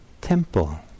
temple